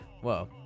Whoa